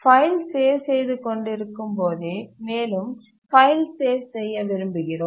file save செய்து கொண்டிருக்கும்போதே மேலும் ஃபைலை சேவ் செய்ய விரும்புகிறோம்